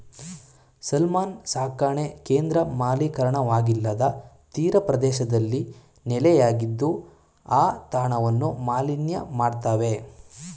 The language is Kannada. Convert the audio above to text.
ಸಾಲ್ಮನ್ ಸಾಕಣೆ ಕೇಂದ್ರ ಮಲಿನವಾಗಿಲ್ಲದ ತೀರಪ್ರದೇಶದಲ್ಲಿ ನೆಲೆಯಾಗಿದ್ದು ಆ ತಾಣವನ್ನು ಮಾಲಿನ್ಯ ಮಾಡ್ತವೆ